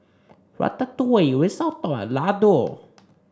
Ratatouille Risotto and Lado